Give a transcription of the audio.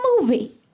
movie